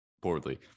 poorly